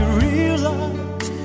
realize